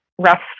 rough